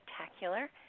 spectacular